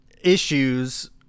issues